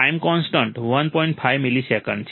5 millisecond છે